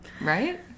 Right